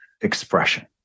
expression